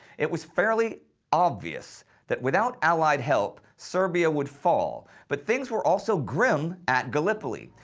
it was fairly obvious that without allied help, serbia would fall, but things were also grim at gallipoli.